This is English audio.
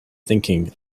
thinking